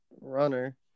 runner